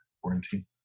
quarantine